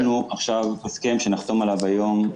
יש לנו הסכם שנחתום עליו היום,